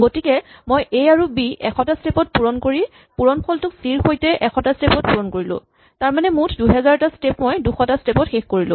গতিকে মই এ আৰু বি এশটা স্টেপ ত পুৰণ কৰি পূৰণ ফলটোক চি ৰ সৈতে এশটা স্টেপ ত পূৰণ কৰিলো তাৰমানে মুঠ দুহাজাৰ টা স্টেপ মই দুশটা স্টেপ ত শেষ কৰিলো